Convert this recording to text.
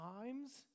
times